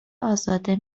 ازاده